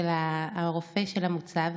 הרופא של המוצב,